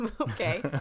Okay